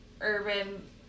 urban